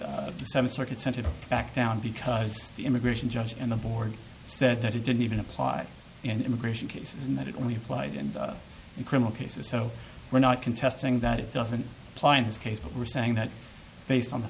the seventh circuit sent it back down because the immigration judge and the board said that it didn't even apply in immigration cases and that it only applied in criminal cases so we're not contesting that it doesn't apply in this case but we're saying that based on the